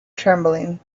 trembling